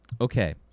Okay